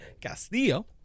Castillo